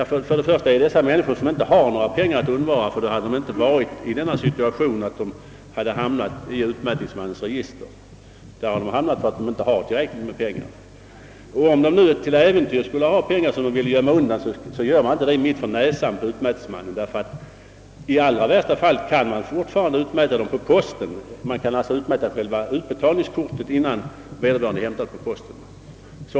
Först och främst gäller det här människor som inte har några pengar att undvara, då hade de inte hamnat i utmätningsmannens register. Om de till äventyrs skulle ha pengar som de vill gömma undan, skulle de inte göra det mitt för näsan på utmätningsmannen, eftersom man i allra värsta fall kan utmäta utbetalningskortet på överskottsskatten innan vederbörande hämtar pengarna på posten.